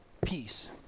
peace